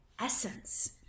essence